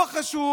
לא חשוב